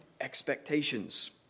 expectations